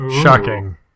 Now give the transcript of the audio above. shocking